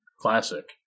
classic